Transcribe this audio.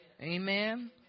amen